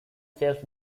shells